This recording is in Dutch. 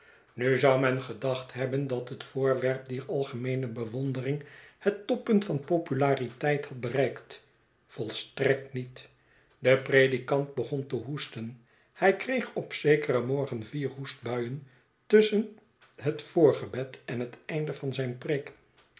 nu zou men gedacht hebben dat het voorwerp dier algemeene bewondering het toppunt van populariteit had bereikt volstrekt niet de predikant begon te hoesten hij kreeg op zekeren morgen vier hoestbuien tusschen het voorgebed en het einde van zijn preek